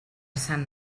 sant